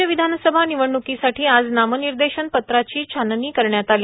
राज्य विधानसभा निवडण्कीसाठी आज नामनिर्देशन पत्राची छाणनी करण्यात आली